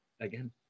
again